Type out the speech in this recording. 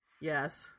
Yes